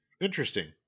Interesting